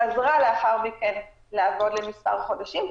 חזרה לאחר מכן לעבוד מספר חודשים,